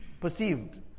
perceived